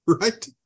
Right